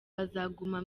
azaguma